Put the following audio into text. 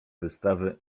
wystawy